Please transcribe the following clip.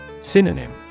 Synonym